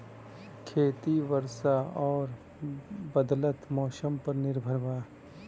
खेती वर्षा और बदलत मौसम पर निर्भर बा